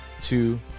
two